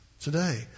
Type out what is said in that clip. Today